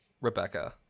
Rebecca